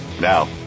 Now